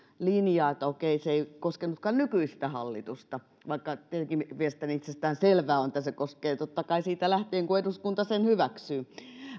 linjaa että okei se ei koskenutkaan nykyistä hallitusta vaikka tietenkin mielestäni itsestään selvää on että se koskee totta kai siitä lähtien kun eduskunta sen hyväksyy